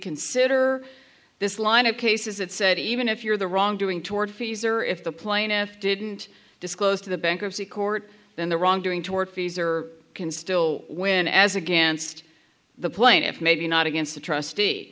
consider this line of cases that said even if you're the wrong doing toward fees or if the plaintiff didn't disclose to the bankruptcy court then the wrongdoing tortfeasor can still win as against the plaintiffs maybe not against the trustee